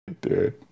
Dude